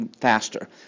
faster